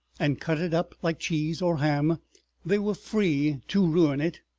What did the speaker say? and cut it up like cheese or ham they were free to ruin it,